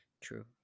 True